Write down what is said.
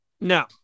No